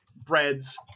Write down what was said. Breads